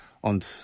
und